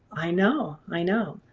i know i know.